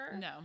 No